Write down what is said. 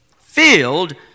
filled